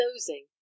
dozing